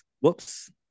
whoops